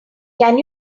can